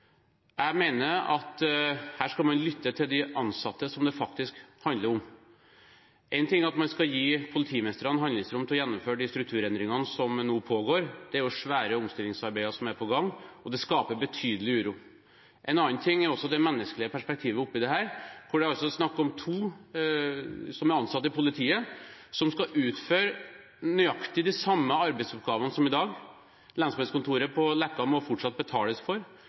skal man lytte til de ansatte som det faktisk handler om. Én ting er at man skal gi politimestrene handlingsrom til å gjennomføre de strukturendringene som nå pågår. Det er jo et svært omstillingsarbeid som er på gang, og det skaper betydelig uro. En annen ting er det menneskelige perspektivet oppi dette, for det er altså snakk om to som er ansatt i politiet som skal utføre nøyaktig de samme arbeidsoppgavene som i dag. Lensmannskontoret på Leka må fortsatt betales for.